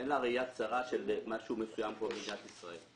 אין לה ראייה צרה של משהו מסוים כמו במדינת ישראל.